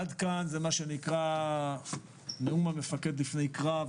עד כאן נאום המפקד לפני קרב,